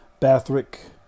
Bathrick